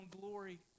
glory